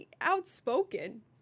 outspoken